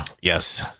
Yes